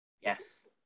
Yes